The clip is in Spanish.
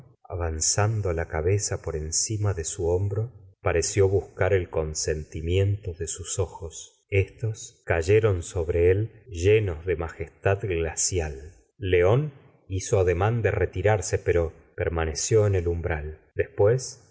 avanzando la cabeza por encima de su hombro pareció buscar el con sentimiento de sus ojos éstos cayeron sobre él llenos de majestad glacial león hizo ademán de retirarse pero permaneció en el umbral después